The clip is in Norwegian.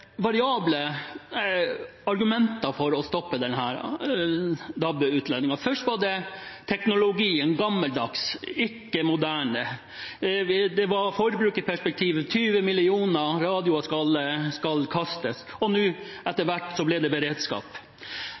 variable argumenter for å stoppe DAB-nettutbyggingen. Først var det teknologien – den var gammeldags, ikke moderne – det var forbrukerperspektivet – 20 millioner radioer skal kastes – og etter hvert ble det beredskap.